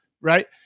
right